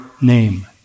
name